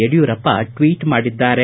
Yediyurappa tweet ಮಾಡಿದ್ದಾರೆ